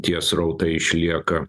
tie srautai išlieka